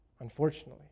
Unfortunately